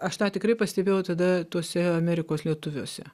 aš tą tikrai pastebėjau tada tuose amerikos lietuviuose